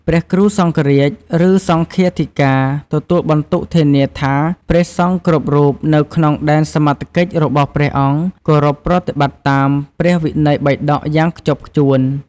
ព្រះគ្រូសង្ឃរាជ ឬ សង្ឃាធិការ ទទួលបន្ទុកធានាថាព្រះសង្ឃគ្រប់រូបនៅក្នុងដែនសមត្ថកិច្ចរបស់ព្រះអង្គគោរពប្រតិបត្តិតាម ព្រះវិន័យបិដក យ៉ាងខ្ជាប់ខ្ជួន។